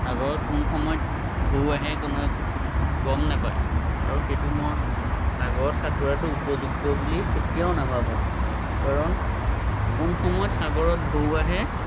সাগৰত কোন সময়ত ঢৌ আহে কোনেও গম নাপায় আৰু সেইটো মই সাগৰত সাঁতোৰাটো উপযুক্ত বুলি কেতিয়াও নাভাবোঁ কাৰণ কোন সময়ত সাগৰত ঢৌ আহে